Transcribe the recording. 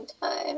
time